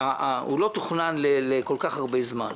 הוא לא תוכנן להימשך כל כך הרבה זמן.